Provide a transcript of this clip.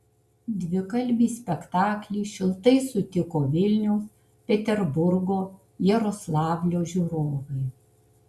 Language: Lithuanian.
dvikalbį spektaklį šiltai sutiko vilniaus peterburgo jaroslavlio žiūrovai